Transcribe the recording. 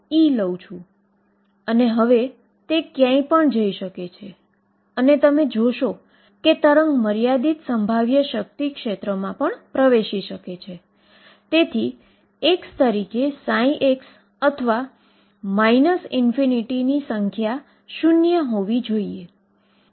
તેથી અહી ધ્યાન આપો કે તારવેલુ શ્રોડિંજરSchrödinger સમીકરણન જે ખોટું નિવેદન આપે છે